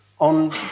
on